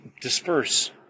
disperse